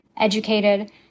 educated